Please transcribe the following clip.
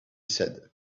said